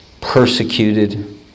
persecuted